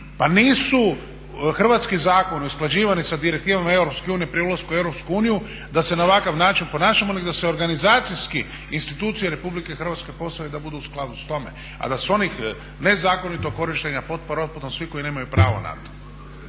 Pa nisu hrvatski zakoni usklađivani sa direktivnom EU pri ulasku u EU da se na ovakav način ponašamo nego da se organizacijski institucije RH postave da budu u skladu s tim. A da se onih nezakonito korištenja potpora …/Govornik se ne razumije./… svi koji nemaju pravo na to.